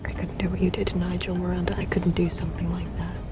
couldn't do what you did to nigel, miranda. i couldn't do something like